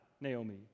Naomi